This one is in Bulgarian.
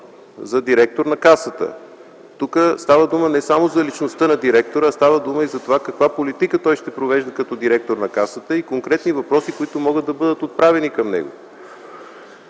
за директор на Касата. Тук става дума не само за личността на директора, а става дума и за това каква политика той ще провежда като директор на Касата и конкретни въпроси, които могат да бъдат отправени към него.